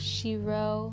Shiro